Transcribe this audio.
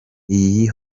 iyi